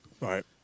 Right